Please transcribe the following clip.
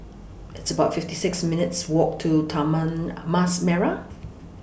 It's about fifty six minutes' Walk to Taman Mas Merah